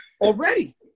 already